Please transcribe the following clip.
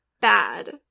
bad